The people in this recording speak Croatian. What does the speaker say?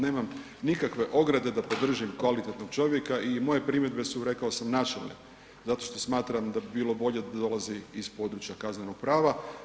Nemam nikakve ograde da podržim kvalitetnog čovjeka i moje primjedbe, rekao sam, načelne zato što smatram da bi bilo bolje da dolazi iz područja kaznenog prava.